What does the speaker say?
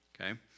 okay